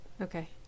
Okay